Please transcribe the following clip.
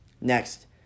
Next